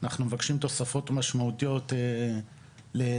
אנחנו מבקשים תוספות משמעותיות למוגנות,